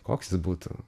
koks jis būtų